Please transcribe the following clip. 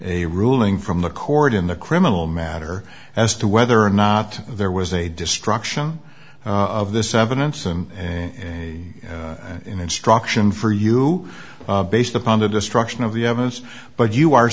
a ruling from the court in the criminal matter as to whether or not there was a destruction of this evidence and an instruction for you based upon the destruction of the evidence but you are